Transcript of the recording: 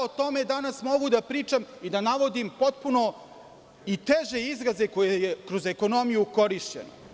O tome danas mogu da pričam i da navodim potpuno i teže izraze koje je kroz ekonomiju korišćeno.